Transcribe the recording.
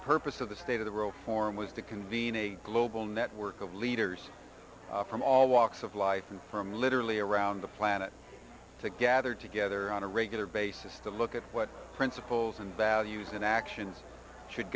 purpose of the state of the world forum was to convene a global network of leaders from all walks of life and from literally around the planet to gather together on a regular basis to look at what principles and values and actions should